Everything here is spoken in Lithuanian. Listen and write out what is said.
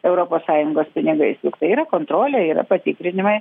europos sąjungos pinigais juk tai yra kontrolė yra patikrinimai